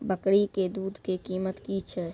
बकरी के दूध के कीमत की छै?